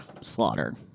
slaughter